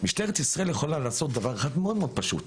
משטרת ישראל יכולה לעשות דבר אחד מאוד מאוד פשוט,